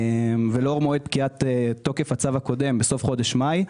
ולאור מועד פקיעת תוקף הצו הקודם בסוף חודש מאי,